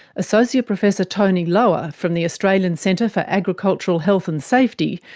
associate professor tony lower, from the australian centre for agricultural health and safety,